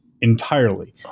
entirely